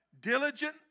Diligent